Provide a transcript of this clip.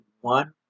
one